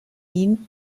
ihn